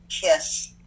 kiss